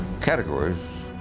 categories